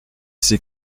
c’est